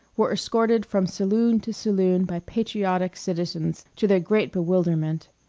were escorted from saloon to saloon by patriotic citizens, to their great bewilderment.